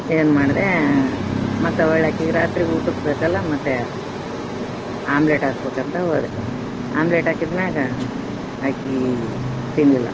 ಏನು ಮಾಡಿದೆ ಮತ್ತೆ ಹೊಳ್ಳಾಕಿ ರಾತ್ರಿಗೆ ಊಟಕ್ಕೆ ಬೇಕಲ್ಲ ಮತ್ತೆ ಆಮ್ಲೆಟ್ ಹಾಕ್ಬೇಕಂತ ಹೋದೆ ಆಮ್ಲೆಟ್ ಹಾಕಿದ್ ಮ್ಯಾಗೆ ಆಕೆ ತಿನ್ನಲಿಲ್ಲ